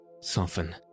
soften